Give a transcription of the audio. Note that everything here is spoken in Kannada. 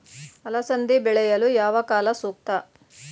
ಅಲಸಂದಿ ಬೆಳೆಯಲು ಯಾವ ಕಾಲ ಸೂಕ್ತ?